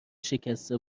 شکسته